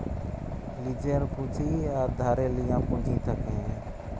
লীজের পুঁজি আর ধারে লিয়া পুঁজি থ্যাকে